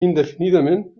indefinidament